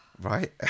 right